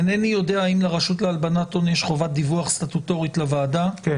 אינני יודע אם לרשות להלבנת הון יש חובת דיווח סטטוטורית לוועדה -- כן,